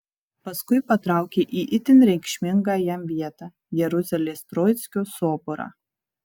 paskui patraukė į itin reikšmingą jam vietą jeruzalės troickio soborą